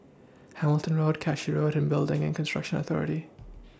Hamilton Road Cashew Road and Building and Construction Authority